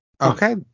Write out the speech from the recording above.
Okay